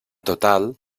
total